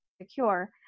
secure